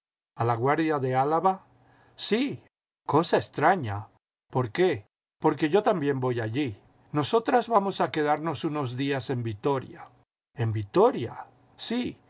ella a laguardia de álava sí cosa extraña por qué porque yo también voy allí nosotras vamos a quedarnos unos días en vitoria jen vitoria sí